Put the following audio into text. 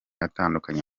atandukanye